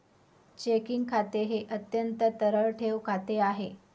checking खाते हे अत्यंत तरल ठेव खाते आहे